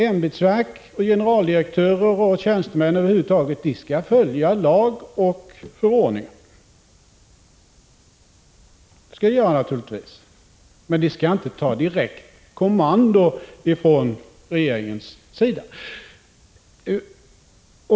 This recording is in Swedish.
Ämbetsverk, generaldirektörer och tjänstemän över huvud taget skall naturligtvis följa lag och förordning, men de skall inte ta direkt kommando från regeringen.